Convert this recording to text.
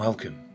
Welcome